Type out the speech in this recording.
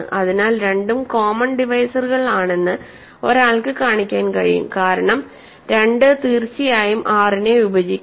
അതിനാൽ രണ്ടും കോമൺ ഡിവൈസറുകൾ ആണെന്ന് ഒരാൾക്ക് കാണിക്കാൻ കഴിയും കാരണം 2 തീർച്ചയായും 6 നെ വിഭജിക്കുന്നു